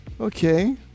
Okay